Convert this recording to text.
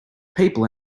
people